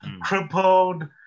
crippled